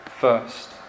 first